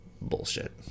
bullshit